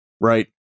Right